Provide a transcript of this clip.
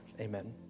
amen